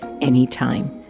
anytime